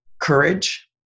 courage